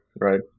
right